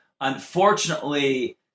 Unfortunately